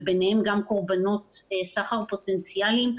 וביניהם גם קורבנות סחר פוטנציאליים.